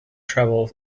travel